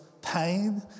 pain